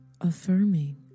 affirming